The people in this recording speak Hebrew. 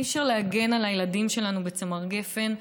אי-אפשר להגן על הילדים שלנו בצמר גפן,